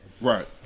Right